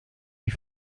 die